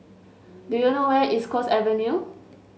do you know where East Coast Avenue